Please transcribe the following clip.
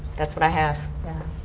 that's what i have.